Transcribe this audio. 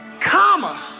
comma